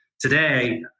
Today